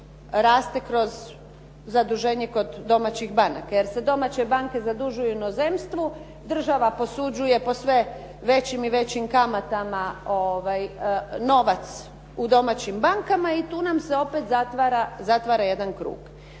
raste kroz zaduženje kod domaćih banaka, jer se domaće banke zadužuju u inozemstvu, država posuđe po sve već im i većim kamatama novac u domaćim bankama i tu nam se opet zatvara jedan krug.